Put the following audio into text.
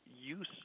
use